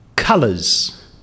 Colours